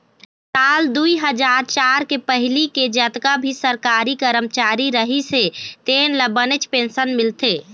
साल दुई हजार चार के पहिली के जतका भी सरकारी करमचारी रहिस हे तेन ल बनेच पेंशन मिलथे